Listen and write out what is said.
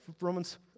Romans